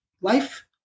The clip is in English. life